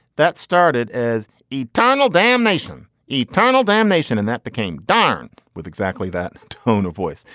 that started as eternal damnation, eternal damnation. and that became dhan with exactly that tone of voice.